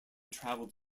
traveled